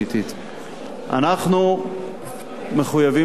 אנחנו מחויבים להשלים את המהלך.